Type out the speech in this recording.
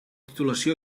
titulació